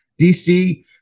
DC